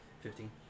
Fifteen